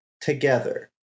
together